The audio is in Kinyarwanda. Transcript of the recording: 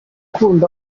gukunda